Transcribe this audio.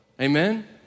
Amen